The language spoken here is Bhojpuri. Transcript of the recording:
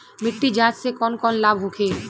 मिट्टी जाँच से कौन कौनलाभ होखे?